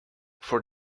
for